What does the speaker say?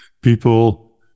People